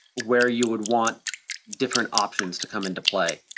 where you would want different options to come into play.